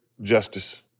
justice